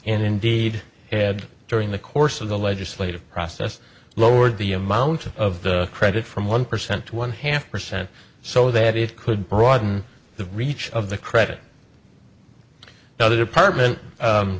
and indeed had during the course of the legislative process lowered the amount of the credit from one percent to one half percent so that it could broaden the reach of the credit another department